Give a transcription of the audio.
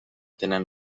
tenen